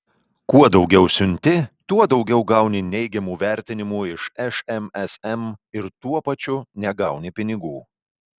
kuo daugiau siunti tuo daugiau gauni neigiamų vertinimų iš šmsm ir tuo pačiu negauni pinigų